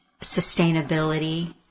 Sustainability